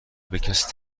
بکسی